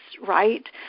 right